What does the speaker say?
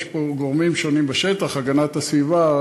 יש פה גורמים שונים בשטח: הגנת הסביבה,